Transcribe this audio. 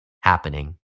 happening